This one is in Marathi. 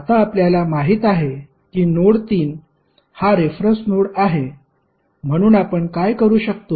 आता आपल्याला माहित आहे की नोड 3 हा रेफरन्स नोड आहे म्हणून आपण काय करू शकतो